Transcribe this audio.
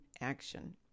action